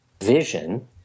vision